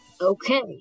Okay